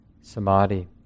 samadhi